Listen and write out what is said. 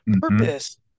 purpose